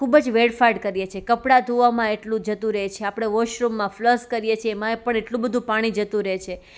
ખુબ જ વેડફાડ કરીએ છે કપડાં ધોવામાં એટલું જતું રહે છે આપણે વોશરૂમમાં ફ્લશ કરીએ છે એમાં પણ એટલું બધુ પાણી જતું રહે છે